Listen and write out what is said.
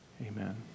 Amen